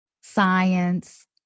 science